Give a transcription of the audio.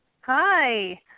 Hi